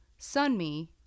Sunmi